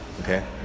okay